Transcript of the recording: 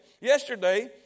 yesterday